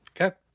Okay